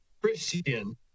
christian